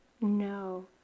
no